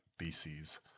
BCs